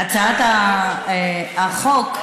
הצעת החוק,